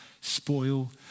spoil